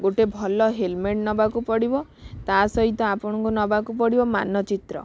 ଗୋଟେ ଭଲ ହେଲମେଟ୍ ନେବାକୁ ପଡ଼ିବ ତା ସହିତ ଆପଣଙ୍କୁ ନେବାକୁ ପଡ଼ିବ ମାନଚିତ୍ର